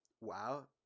WoW